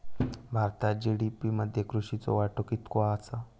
भारतात जी.डी.पी मध्ये कृषीचो वाटो कितको आसा?